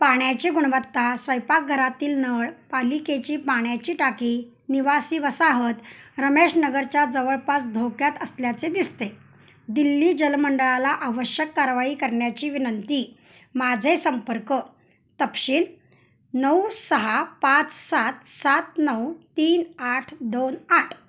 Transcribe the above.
पाण्याची गुणवत्ता स्वयंपाकघरातील नळ पालिकेची पाण्याची टाकी निवासी वसाहत रमेश नगरच्या जवळपास धोक्यात असल्याचे दिसते दिल्ली जलमंडळाला आवश्यक कारवाई करण्याची विनंती माझे संपर्क तपशील नऊ सहा पाच सात सात नऊ तीन आठ दोन आठ